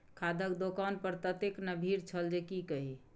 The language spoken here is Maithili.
खादक दोकान पर ततेक ने भीड़ छल जे की कही